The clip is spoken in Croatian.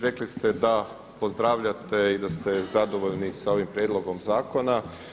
Rekli ste da pozdravljate i da ste zadovoljni sa ovim prijedlogom zakona.